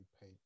pay